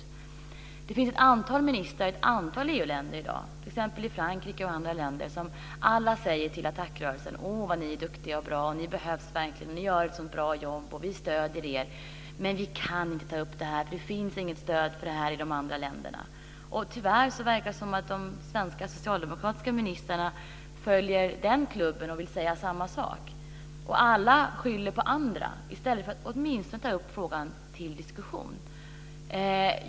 Det finns i dag ett antal ministrar i ett antal EU länder, t.ex. i Frankrike, som alla säger till ATTAC rörelsen: Åh, vad ni är duktiga och bra! Ni behövs verkligen. Ni gör ett så bra jobb, och vi stöder er. Men vi kan inte ta upp det här, för det finns inget stöd för detta i de andra länderna. Tyvärr verkar de svenska socialdemokratiska ministrarna följa den klubben och vilja säga samma sak. Alla skyller på andra i stället för att åtminstone ta upp frågan till diskussion.